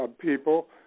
people